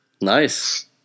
Nice